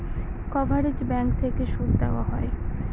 coverage bank থেকে সুদ দেওয়া হয়